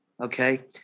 Okay